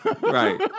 Right